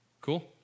Cool